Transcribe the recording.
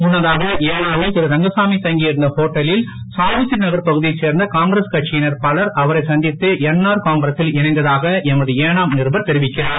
முன்னதாக ஏனாமில் திரு ரங்கசாமி தங்கியிருந்த ஓட்டலில் சாவித்ரி நகர் பகுதியைச் சேர்ந்த காங்கிரஸ் கட்சியினர் பலர் அவரை சந்தித்து என்ஆர் காங்கிரசில் இணைந்ததாக எமது ஏனாம் நிருபர் தெரிவிக்கிறார்